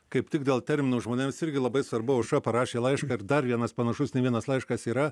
kaip tik dėl terminų žmonėms irgi labai svarbu aušra parašė laišką ir dar vienas panašus ne vienas laiškas yra